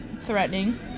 threatening